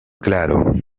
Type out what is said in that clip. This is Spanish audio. claro